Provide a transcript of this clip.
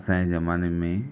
असांजे ज़माने में